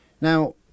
Now